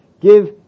Give